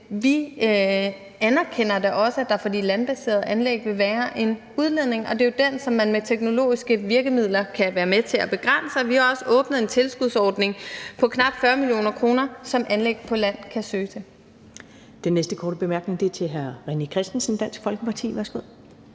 anerkender, at der for de landbaserede anlæg vil være en udledning, og det er jo den, som man med teknologiske virkemidler kan være med til at begrænse, og vi har også åbnet en tilskudsordning på knap 40 mio. kr., som anlæg på land kan søge. Kl.